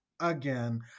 again